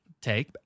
take